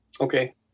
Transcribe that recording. Okay